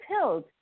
filled